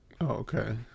Okay